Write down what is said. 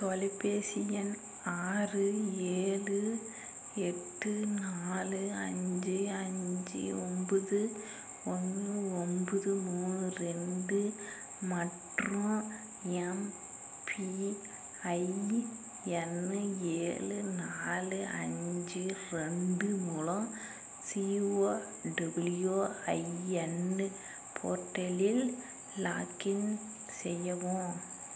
தொலைபேசி எண் ஆறு ஏழு எட்டு நாலு அஞ்சு அஞ்சு ஒன்பது ஒன்று ஒன்பது மூணு ரெண்டு மற்றும் எம்பிஐஎன் ஏழு நாலு அஞ்சு ரெண்டு மூலம் சிஓடபிள்யுஐஎன்னு போர்ட்டலில் லாக்இன் செய்யவும்